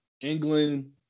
England